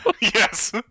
Yes